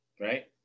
right